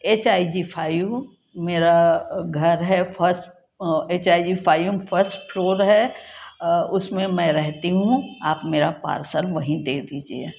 H I G five मेरा घर है first H I G five first floor है उसमें मैं रहती हूँ आप मेरा पार्सल वहीं दे दीजिए